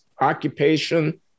occupation